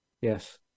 Yes